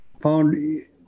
found